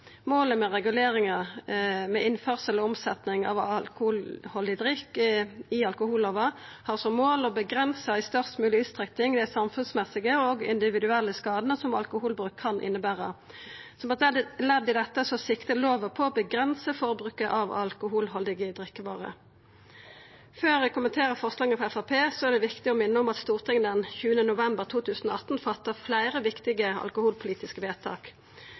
innførsel og omsetning av alkoholhaldig drikk i alkohollova har som mål i størst mogleg utstrekning å avgrensa dei samfunnsmessige og individuelle skadane som alkoholbruk kan innebera. Som eit ledd i dette siktar lova mot å avgrensa forbruket av alkoholhaldige drikkevarer. Før eg kommenterer forslaga frå Framstegspartiet, er det viktig å minna om at Stortinget den 20. november 2018 fatta fleire viktige alkoholpolitiske vedtak: